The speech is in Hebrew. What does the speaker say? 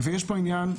ויש פה עניין משפטי.